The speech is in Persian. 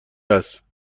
است